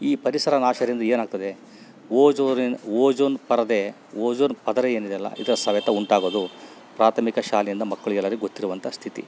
ಈ ಪರಿಸರ ನಾಶದಿಂದ ಏನಾಗ್ತದೆ ಓಜೋರಿನ ಓಜೋನ್ ಪರದೆ ಓಜೋನ್ ಪದರ ಏನಿದೆಲ್ಲ ಇದರ ಸವೆತ ಉಂಟಾಗುವುದು ಪ್ರಾಥಮಿಕ ಶಾಲೆಯಿಂದ ಮಕ್ಕಳು ಎಲ್ಲರಿಗೂ ಗೊತ್ತಿರುವಂಥ ಸ್ಥಿತಿ